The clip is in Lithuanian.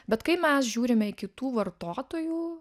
bet kai mes žiūrime į kitų vartotojų